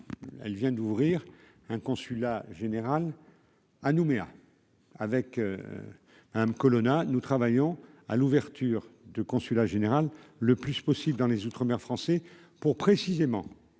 elle vient d'ouvrir un consulat général à Nouméa avec un Colonna, nous travaillons à l'ouverture de consulat général le plus possible dans les outre-français pour précisément